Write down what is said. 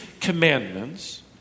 commandments